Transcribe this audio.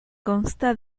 consta